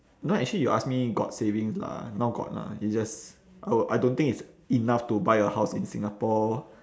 you know actually you ask me got savings lah now got lah it's just uh I don't think it's enough to buy a house in singapore